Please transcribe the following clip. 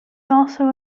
also